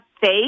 faith